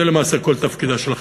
זה למעשה כל תפקידה של החברה.